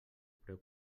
preu